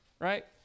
right